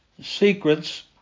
secrets